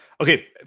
okay